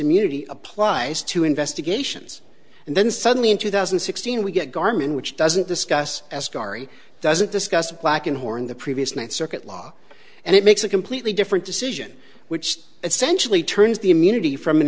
immunity applies to investigations and then suddenly in two thousand and sixteen we get garmin which doesn't discuss as dari doesn't discuss black and horn the previous ninth circuit law and it makes a completely different decision which essentially turns the immunity from an